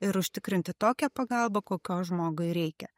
ir užtikrinti tokią pagalbą kokios žmogui reikia